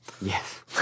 Yes